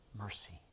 mercy